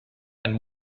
and